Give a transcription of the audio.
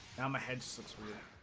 um ahead six were